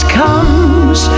comes